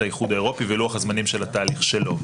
האיחוד האירופי ולוח הזמנים של התהליך שלו.